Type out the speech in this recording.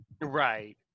right